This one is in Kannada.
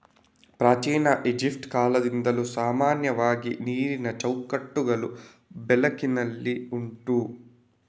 ಪ್ರಾಚೀನ ಈಜಿಪ್ಟ್ ಕಾಲದಿಂದಲೂ ಸಾಮಾನ್ಯವಾಗಿ ನೀರಿನ ಚೌಕಟ್ಟುಗಳು ಬಳಕೆನಲ್ಲಿ ಉಂಟು